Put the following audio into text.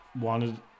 wanted